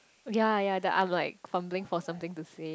ya ya that I'm like fumbling for something to say